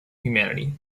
humanity